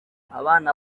abana